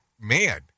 man